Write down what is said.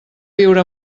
viure